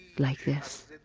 like this.